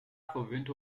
verwöhnte